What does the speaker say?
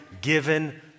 given